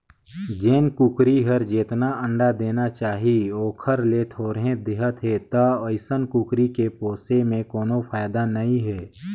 जेन कुकरी हर जेतना अंडा देना चाही ओखर ले थोरहें देहत हे त अइसन कुकरी के पोसे में कोनो फायदा नई हे